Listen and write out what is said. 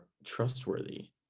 trustworthy